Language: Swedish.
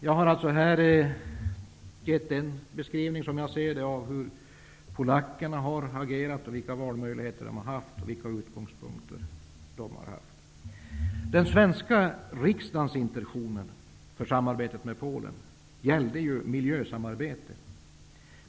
Jag har här gett en beskrivning av hur polackerna har agerat, vilka valmöjligheter de har haft och vilka utgångspunkter de har haft. Den svenska riksdagens intentioner för samarbetet med Polen gällde miljösamarbete.